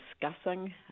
discussing